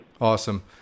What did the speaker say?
Awesome